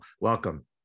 welcome